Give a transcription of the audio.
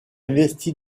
investit